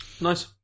nice